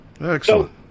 Excellent